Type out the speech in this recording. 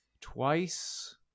twice